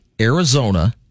Arizona